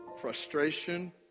frustration